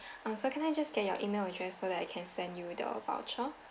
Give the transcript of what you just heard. uh so can I just get your email address so that I can send you the voucher